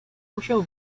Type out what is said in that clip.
musiał